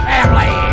Family